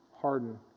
harden